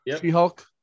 She-Hulk